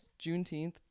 Juneteenth